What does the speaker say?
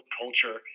culture